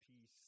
peace